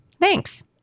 Thanks